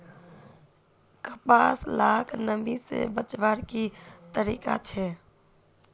कपास लाक नमी से बचवार की तरीका छे?